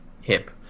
hip